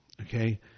okay